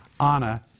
Anna